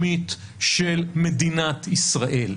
עיקרון השוויון שלדעתי קיים במדינת ישראל,